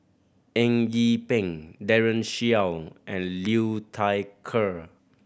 Eng Yee Peng Daren Shiau and Liu Thai Ker